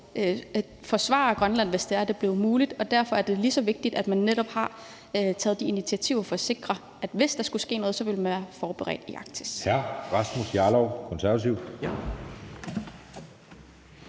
forsvare Grønland, hvis det blev aktuelt. Derfor er det lige så vigtigt, at man netop har taget de initiativer for at sikre, at hvis der skulle ske noget, vil man være forberedt i Arktis.